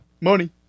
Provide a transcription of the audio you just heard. Money